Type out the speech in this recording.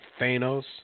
Thanos